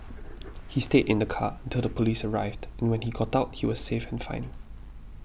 he stayed in the car until the police arrived when he got out he was safe and fine